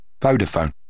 Vodafone